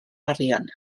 arian